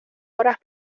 horas